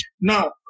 Now